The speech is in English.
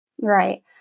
Right